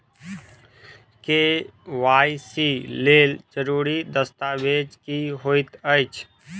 KYC लेल जरूरी दस्तावेज की होइत अछि?